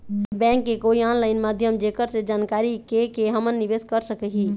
Bank के कोई online माध्यम जेकर से जानकारी के के हमन निवेस कर सकही?